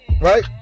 Right